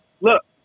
look